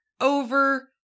over